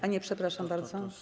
A nie, przepraszam bardzo.